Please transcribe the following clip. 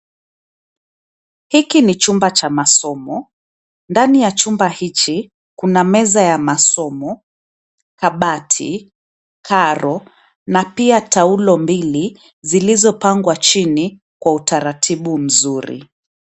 Hiki ni chumba cha masomo. Ndani ya chumba hichi kuna meza ya masomo, kabati, karo na pia taulo mbili zilizopangwa chini kwa utaratibu mzuri.